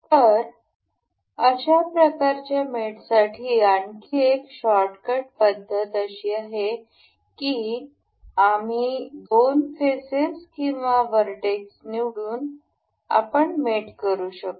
तर अशा प्रकारच्या मेटसाठी आणखी एक शॉर्टकट पद्धत अशी आहे की आम्ही दोन फेसेस किंवा व्हरटेक्स निवडून आपण मेट करू शकतो